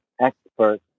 expert